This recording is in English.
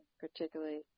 particularly